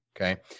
Okay